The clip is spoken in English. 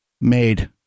made